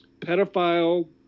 pedophile